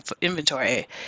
inventory